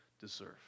deserve